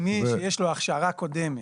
מי שיש לו הכשרה קודמת.